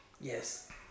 Yes